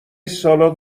سالاد